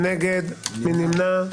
מי נמנע?